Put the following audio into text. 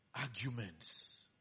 arguments